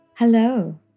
Hello